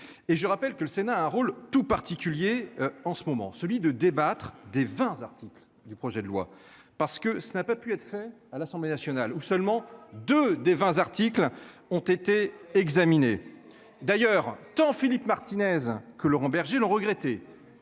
et je rappelle que le Sénat un rôle tout particulier en ce moment, celui de débattre des 20 articles du projet de loi parce que ce n'a pas pu être fait à l'Assemblée nationale où seulement deux des 20 articles ont été examinés. D'ailleurs, tant Philippe Martinez que Laurent Berger, le regretté.